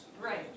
Right